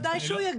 את זה את אומרת.